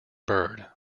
bird